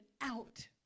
out